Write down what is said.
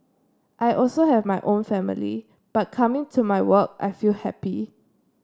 I also have my own family but coming to my work I feel happy